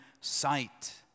sight